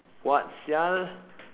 what sia